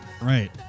Right